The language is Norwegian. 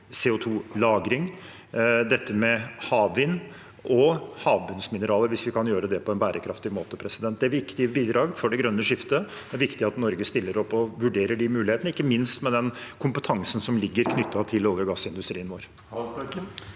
CO2-lagring, havvind og havbunnsmineraler – hvis vi kan gjøre det på en bærekraftig måte. Det er viktige bidrag for det grønne skiftet. Det er viktig at Norge stiller opp og vurderer de mulighetene, ikke minst med den kompetansen som er knyttet til olje- og gassindustrien vår.